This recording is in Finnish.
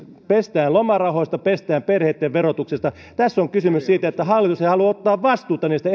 pestään lomarahoista pestään perheitten verotuksesta tässä on kysymys siitä että hallitus ei halua ottaa vastuuta niistä